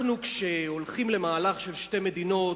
אנחנו, כשהולכים למהלך של שתי מדינות,